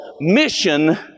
mission